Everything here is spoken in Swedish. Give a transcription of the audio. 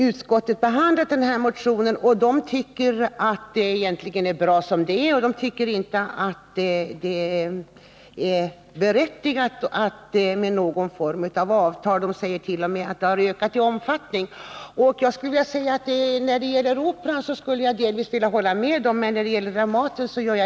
Utskottet har behandlat min motion och ansett att det hela egentligen är bra som det är. Utskottet anser inte att det är berättigat med någon form av avtal och menar att samarbetet t.o.m. ökat i omfattning. När det gäller Operan kan jag delvis hålla med utskottet men inte i fråga om Dramatiska teatern.